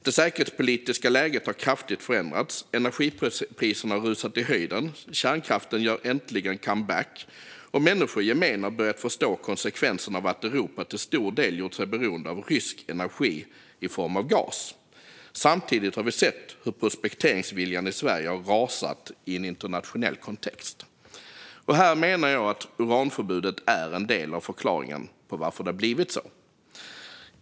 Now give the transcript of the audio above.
Det säkerhetspolitiska läget har kraftigt förändrats, energipriserna har rusat i höjden, kärnkraften gör äntligen comeback och människor i gemen har börjat förstå konsekvenserna av att Europa till stor del gjort sig beroende av rysk energi i form av gas. Samtidigt har vi sett hur prospekteringsviljan i Sverige har rasat i en internationell kontext. Jag menar att uranförbudet är en del av förklaringen till att det blivit så.